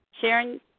Sharon